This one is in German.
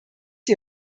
die